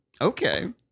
Okay